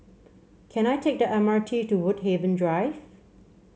can I take the M R T to Woodhaven Drive